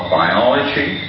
biology